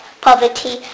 poverty